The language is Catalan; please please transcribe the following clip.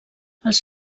els